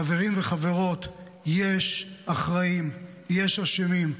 חברים וחברות, יש אחראים, יש אשמים.